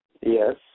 Yes